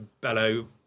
Bellow